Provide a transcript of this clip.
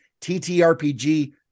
TTRPG